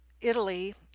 Italy